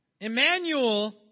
Emmanuel